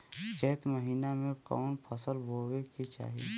चैत महीना में कवन फशल बोए के चाही?